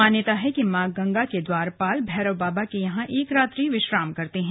मान्यता हैं कि मां गंगा के द्वारपाल भैरव बाबा के यहां एक रात्रि को विश्राम करते हैं